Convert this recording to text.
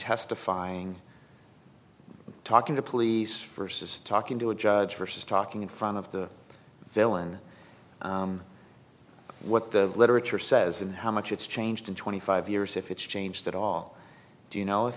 testifying talking to police first is talking to a judge versus talking in front of the villain what the literature says and how much it's changed in twenty five years if it's changed at all do you know if